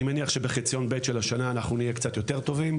אני מניח שבחציון ב' של השנה אנחנו נהיה קצת יותר טובים.